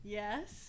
yes